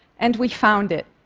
and we found it.